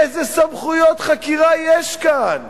איזה סמכויות חקירה יש כאן?